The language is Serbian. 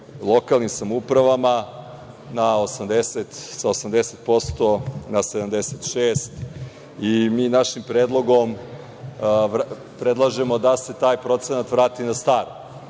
lokalnim samoupravama sa 80% na 76%. Mi našim predlogom predlažem da se taj procenat vrati na staro. Ovaj